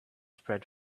spread